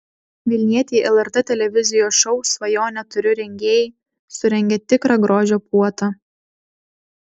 vilnietei lrt televizijos šou svajonę turiu rengėjai surengė tikrą grožio puotą